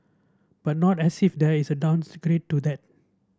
but not as if there is a to that